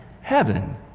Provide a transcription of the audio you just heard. Heaven